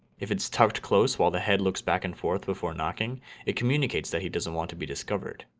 if it's tucked close while the head looks back and forth before knocking it communicates that he doesn't want to be discovered.